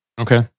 Okay